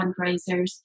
fundraisers